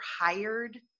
hired